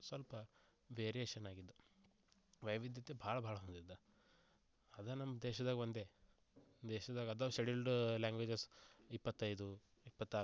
ಸ್ವಲ್ಪ ವೇರಿಯೇಷನ್ ಆಗಿದ್ದು ವೈವಿಧ್ಯತೆ ಭಾಳ ಭಾಳ ಹೊಂದಿದ್ದ ಅದು ನಮ್ಮ ದೇಶದಾಗೆ ಒಂದೇ ದೇಶದಾಗೆ ಅದಾವು ಶೆಡ್ಯೂಲ್ಡ್ ಲ್ಯಾಂಗ್ವಾಜೆಸ್ ಇಪ್ಪತೈದು ಇಪ್ಪತ್ತಾರು